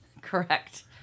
Correct